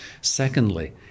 Secondly